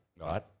right